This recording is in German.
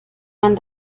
man